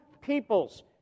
peoples